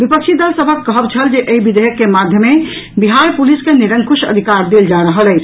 विपक्षी दल सभक कहब छल जे एहि विधेयक के माध्यमे बिहार पुलिस के निरंकुश अधिकार देल जा रहल अछि